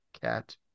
cat